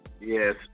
Yes